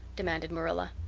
demanded marilla.